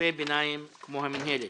גופי ביניים כמו המינהלת.